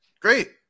Great